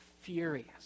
furious